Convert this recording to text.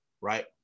right